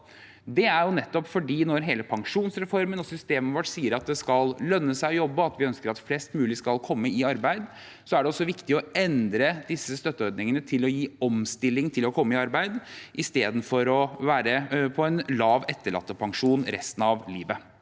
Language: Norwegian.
omstillingsstønad. Når pensjonsreformen og systemet vårt sier at det skal lønne seg å jobbe, at vi ønsker at flest mulig skal komme i arbeid, er det viktig å endre disse støtteordningene for å gi omstilling til å komme i arbeid istedenfor å være på en lav etterlattepensjon resten av livet.